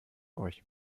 euch